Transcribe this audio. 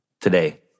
today